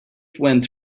went